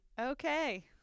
Okay